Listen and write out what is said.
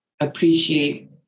appreciate